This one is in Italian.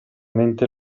mente